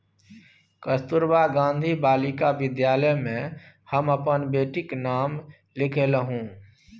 कस्तूरबा गांधी बालिका विद्यालय मे हम अपन बेटीक नाम लिखेलहुँ